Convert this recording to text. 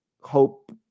hope